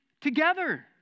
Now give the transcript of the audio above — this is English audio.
together